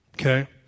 Okay